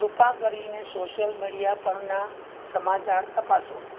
કૃપા કરીને social media પરના સમાચાર તપાસો